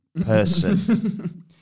person